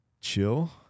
chill